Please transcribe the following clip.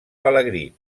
pelegrí